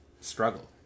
struggle